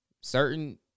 Certain